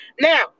Now